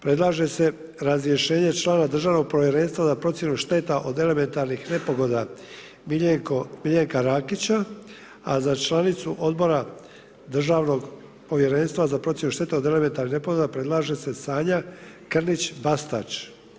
Predlaže se razrješenje člana Državnog povjerenstva za procjenu šteta od elementarnih nepogoda Miljenka Rakića, a za članicu odbora Državnog povjerenstva za procjenu štete od elementarnih nepogoda predlaže se Sanja Krnić Bastač.